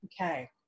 Okay